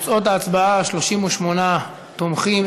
תוצאות ההצבעה: 38 תומכים,